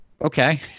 Okay